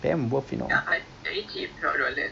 kalau you nak kita boleh pergi ifly